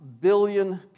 billion